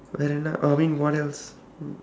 I don't know I mean what else